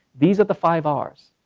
these are the five ah rs.